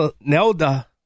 Nelda